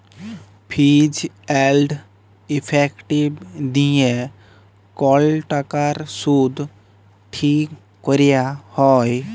ফিজ এল্ড ইফেক্টিভ দিঁয়ে কল টাকার সুদ ঠিক ক্যরা হ্যয়